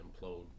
implode